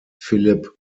philipp